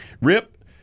Rip